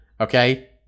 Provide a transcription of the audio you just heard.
Okay